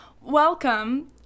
Welcome